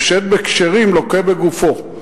"החושד בכשרים לוקה בגופו",